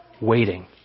waiting